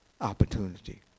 opportunity